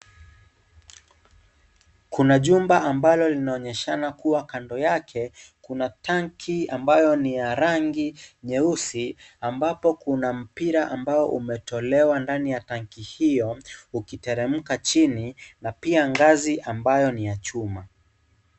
Kuna jumba ambalo linaonyeshana kuwa kando yake, kuna tanki ambayo ni ya rangi nyeusi. Ambapo kuna mpira ambao umetolewa ndani ya tanki hiyo. Ukiteremka chini na pia gazi ambayo ni ya chuma.